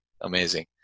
Amazing